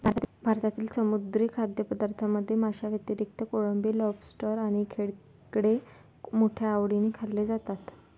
भारतातील समुद्री खाद्यपदार्थांमध्ये माशांव्यतिरिक्त कोळंबी, लॉबस्टर आणि खेकडे मोठ्या आवडीने खाल्ले जातात